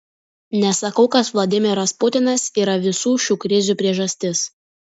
nesakau kad vladimiras putinas yra visų šių krizių priežastis